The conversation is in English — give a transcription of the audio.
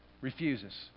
Refuses